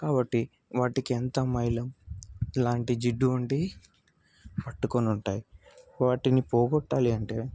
కాబట్టి వాటికి అంతా మైలు లాంటి జిడ్డు వంటివి పట్టుకొని ఉంటాయి వాటిని పోగొట్టాలి అంటే